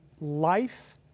life